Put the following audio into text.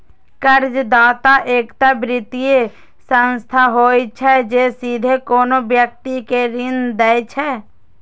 कर्जदाता एकटा वित्तीय संस्था होइ छै, जे सीधे कोनो व्यक्ति कें ऋण दै छै